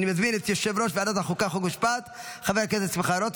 בוועדת החוקה, חוק ומשפט לצורך